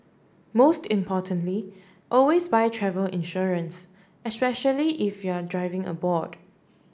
most importantly always buy travel insurance especially if you're driving aboard